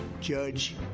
Judge